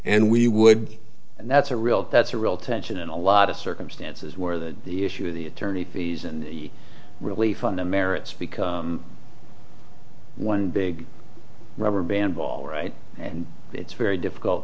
and we would and that's a real that's a real tension and a lot of circumstances where the issue of the attorney fees and really fun to merits because one big rubberband all right and it's very difficult